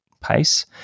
pace